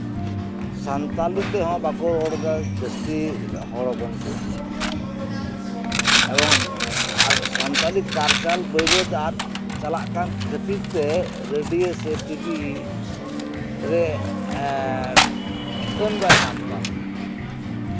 ᱥᱟᱱᱛᱟᱞᱤ ᱛᱮᱦᱚᱸ ᱵᱟᱠᱚ ᱨᱚᱲ ᱮᱫᱟ ᱡᱟᱹᱥᱛᱤ ᱦᱚᱲ ᱦᱚᱯᱚᱱ ᱠᱚ ᱮᱵᱚᱝ ᱥᱟᱱᱛᱟᱞᱤ ᱠᱟᱞᱪᱟᱨ ᱵᱟᱹᱭ ᱵᱟᱹᱭᱛᱮ ᱟᱫ ᱪᱟᱞᱟᱜ ᱠᱟᱱ ᱠᱷᱟᱹᱛᱤᱨ ᱛᱮ ᱨᱮᱰᱤᱭᱳ ᱥᱮ ᱴᱤᱵᱷᱤ ᱨᱮ ᱢᱟᱹᱱ ᱵᱟᱭ ᱧᱟᱢ ᱮᱫᱟ